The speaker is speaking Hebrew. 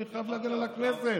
אני חייב להגן על הכנסת.